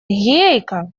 гейка